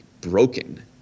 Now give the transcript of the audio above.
broken